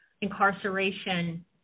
incarceration